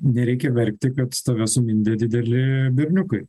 nereikia verkti kad tave sumindė dideli berniukai